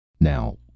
now